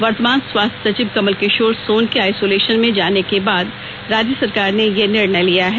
वर्तमान स्वास्थ्य सचिव कमल किशोर सोन के आईसोलेशन में जाने के बाद राज्य सरकार ने यह निर्णय लिया है